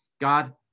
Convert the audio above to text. God